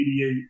88